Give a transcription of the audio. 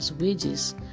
wages